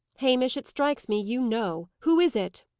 hamish, it strikes me you know. who is it?